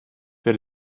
пред